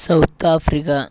South Africa